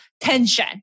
tension